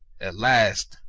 at last,